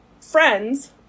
friends